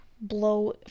blow